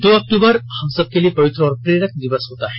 दो अक्टूबर हम सबके लिए पयित्र और प्रेरक दिवस होता है